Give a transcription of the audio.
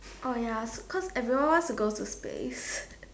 oh ya cause everyone wants to go to space